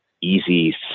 easy